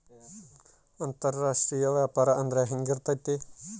ಅಂತರಾಷ್ಟ್ರೇಯ ವ್ಯಾಪಾರ ಅಂದ್ರೆ ಹೆಂಗಿರ್ತೈತಿ?